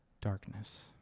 darkness